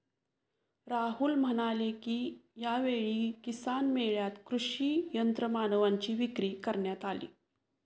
राहुल म्हणाले की, यावेळी किसान मेळ्यात कृषी यंत्रमानवांची विक्री करण्यात आली